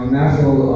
national